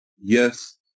yes